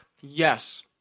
Yes